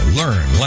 learn